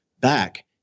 back